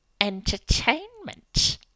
entertainment